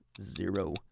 zero